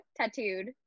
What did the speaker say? tattooed